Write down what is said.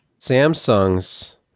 Samsung's